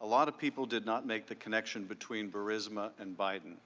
a lot of people did not make the connection between barisma and biden.